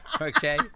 Okay